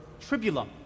tribulum